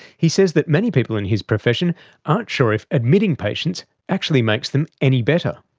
he says that many people in his profession aren't sure if admitting patients actually makes them any better.